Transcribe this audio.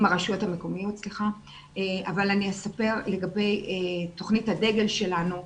אבל אני אספר לגבי תוכנית הדגל שלנו,